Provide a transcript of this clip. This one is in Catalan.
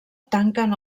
tanquen